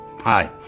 Hi